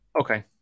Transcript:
Okay